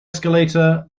escalator